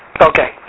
Okay